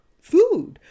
food